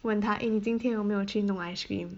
问他 eh 你今天有没有去弄 ice cream